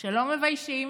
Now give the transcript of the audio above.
שלא מביישים.